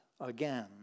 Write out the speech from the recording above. again